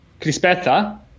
crispeta